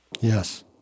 Yes